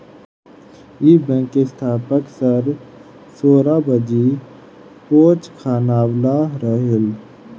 इ बैंक के स्थापक सर सोराबजी पोचखानावाला रहले